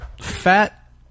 fat